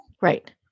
Right